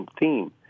theme